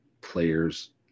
players